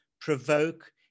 provoke